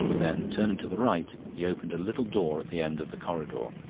then turning to the right he opened a little door at the end of the corridor.